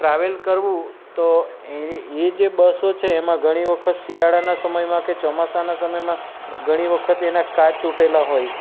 travel કરવું તો એની એ જે બસો છે એમાં ઘણી વખત શિયાળાના સમયમાં કે ચોમાસાના સમયમાં ઘણી વખત એના કાચ તૂટેલા હોય